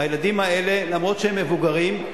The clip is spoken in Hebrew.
הילדים האלה, אף שהם מבוגרים,